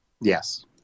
Yes